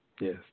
Yes